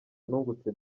nungutse